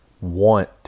Want